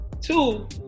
two